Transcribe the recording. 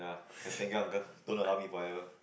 okay thank you uncle don't allow me forever